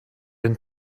and